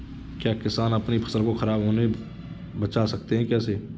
क्या किसान अपनी फसल को खराब होने बचा सकते हैं कैसे?